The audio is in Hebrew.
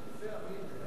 מוסלמי,